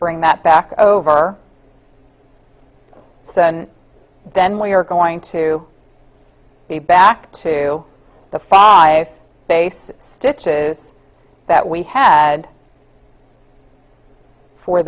bring that back over so and then we are going to be back to the five base stitches that we had fo